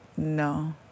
No